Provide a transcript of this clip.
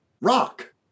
Rock